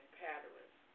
patterns